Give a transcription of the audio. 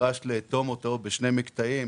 נדרש לאטום אותו בשני מקטעים,